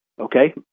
okay